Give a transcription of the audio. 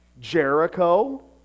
Jericho